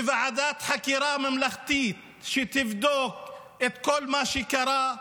ועדת חקירה ממלכתית שתבדוק את כל מה שקרה,